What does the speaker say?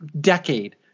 decade